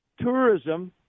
tourism